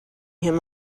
him